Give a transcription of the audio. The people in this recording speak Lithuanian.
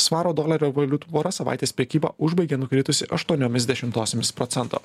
svaro dolerio valiutų pora savaitės prekybą užbaigė nukritusi aštuoniomis dešimtosiomis procento